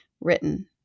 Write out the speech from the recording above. written